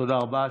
תודה רבה.